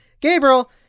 Gabriel